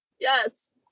Yes